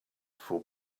for